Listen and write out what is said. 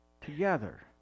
together